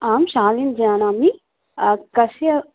आं शालिनीं जानामि कस्य